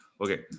Okay